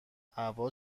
هوا